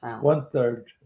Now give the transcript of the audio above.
One-third